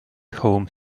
home